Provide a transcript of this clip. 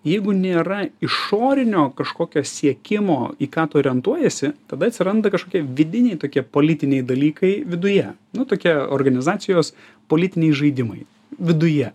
jeigu nėra išorinio kažkokio siekimo į ką tu orientuojiesi tada atsiranda kažkokie vidiniai tokie politiniai dalykai viduje nu tokia organizacijos politiniai žaidimai viduje